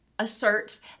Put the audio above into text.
asserts